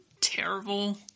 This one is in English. terrible